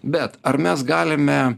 bet ar mes galime